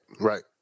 right